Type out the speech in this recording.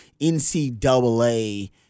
NCAA